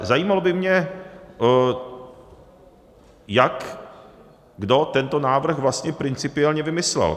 Zajímalo by mě, jak kdo tento návrh vlastně principiálně vymyslel.